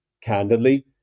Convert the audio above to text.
candidly